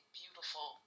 beautiful